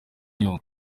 nyungwe